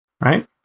right